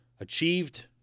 achieved